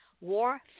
war